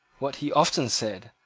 what, he often said,